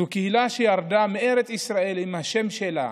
זאת קהילה שירדה מארץ ישראל עם השם שלה,